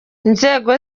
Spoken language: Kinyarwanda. inzego